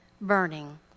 burning